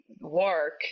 work